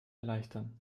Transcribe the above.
erleichtern